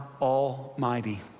Almighty